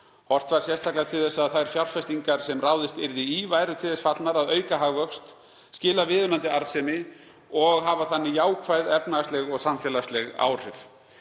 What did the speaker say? Horft var sérstaklega til þess að þær fjárfestingar sem ráðist yrði í væru til þess fallnar að auka hagvöxt, skila viðunandi arðsemi og hafa þannig jákvæð efnahagsleg og samfélagsleg áhrif.